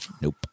Nope